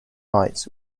lights